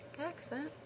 Accent